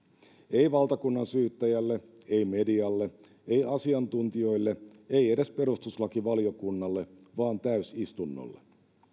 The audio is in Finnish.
ei valtakunnansyyttäjälle ei medialle ei asiantuntijoille ei edes perustuslakivaliokunnalle vaan täysistunnolle